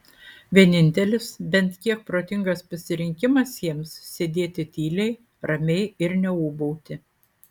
vienintelis bent kiek protingas pasirinkimas jiems sėdėti tyliai ramiai ir neūbauti